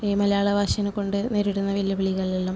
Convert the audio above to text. ഈ മലയാളഭാഷയെ കൊണ്ട് നേരിട്ന്ന വെല്ല് വിളികളെല്ലാം